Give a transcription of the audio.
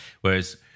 whereas